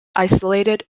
isolated